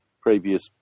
previous